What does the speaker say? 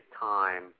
time